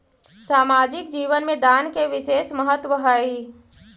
सामाजिक जीवन में दान के विशेष महत्व हई